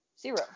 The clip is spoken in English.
zero